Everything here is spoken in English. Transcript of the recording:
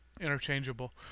interchangeable